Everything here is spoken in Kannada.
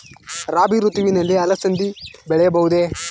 ರಾಭಿ ಋತುವಿನಲ್ಲಿ ಅಲಸಂದಿ ಬೆಳೆಯಬಹುದೆ?